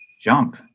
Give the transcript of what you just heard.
jump